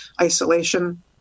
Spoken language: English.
isolation